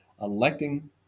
electing